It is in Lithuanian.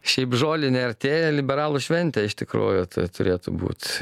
šiaip žolinė artėja liberalų šventė iš tikrųjų tai turėtų būti